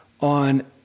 on